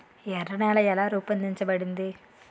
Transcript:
ఎర్ర నేల ఎలా రూపొందించబడింది?